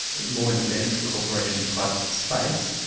more in the benefit corporation type space.